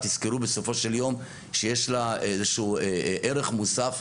תזכרו בסופו של יום שיש לה איזשהו ערך מוסף,